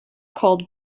called